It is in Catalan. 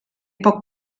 poc